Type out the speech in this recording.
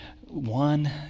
one